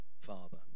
Father